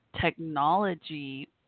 technology